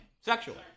Sexually